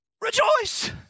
rejoice